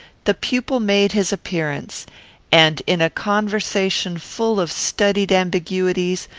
the pupil made his appearance and, in a conversation full of studied ambiguities,